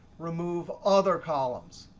remove other columns.